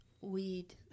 weed